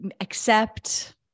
accept